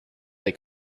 they